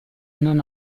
non